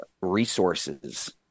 resources